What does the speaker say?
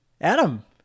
Adam